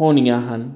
ਹੋਣੀਆਂ ਹਨ